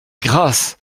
grâce